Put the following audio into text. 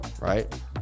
right